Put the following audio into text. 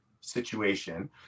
situation